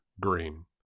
green